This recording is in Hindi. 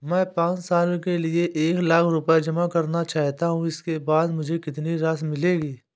मैं पाँच साल के लिए एक लाख रूपए जमा करना चाहता हूँ इसके बाद मुझे कितनी राशि मिलेगी?